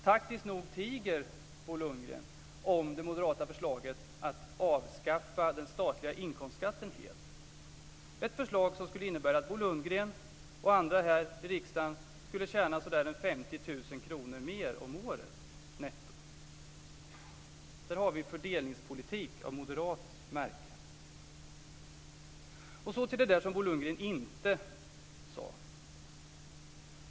Taktiskt nog tiger Bo Lundgren om det moderata förslaget att avskaffa den statliga inkomstskatten helt. Det är ett förslag som skulle innebära att Bo Lundgren och andra i riksdagen skulle tjäna ca Så till det som Bo Lundgren inte sade.